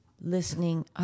Listening